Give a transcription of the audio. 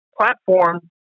platform